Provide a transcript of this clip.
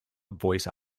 voice